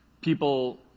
People